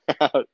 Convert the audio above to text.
out